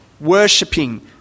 worshipping